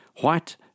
White